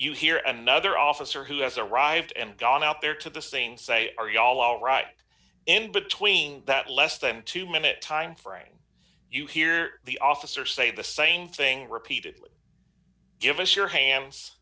you hear and the other officer who has arrived and gone out there to the saying say are y'all all right in between that less than two minute time frame you hear the officer say the same thing repeatedly give us your hands